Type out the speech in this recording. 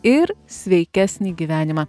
ir sveikesnį gyvenimą